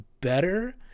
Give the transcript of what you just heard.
better